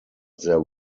their